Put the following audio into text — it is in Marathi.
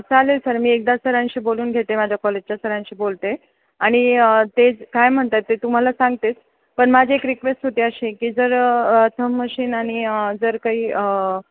चालेल सर मी एकदा सरांशी बोलून घेते माझ्या कॉलेजच्या सरांशी बोलते आणि तेच काय म्हणतात ते तुम्हाला सांगतेच पण माझी एक रिक्वेस्ट होती अशी की जर थंब मशीन आणि जर काही